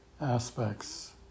aspects